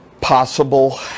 possible